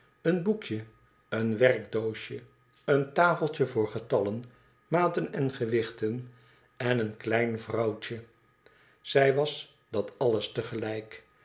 een boekje een werkdoosje een tafeltje voor getallen maten en gewichtea en een klein vrouwtje zij was dat alles